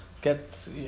get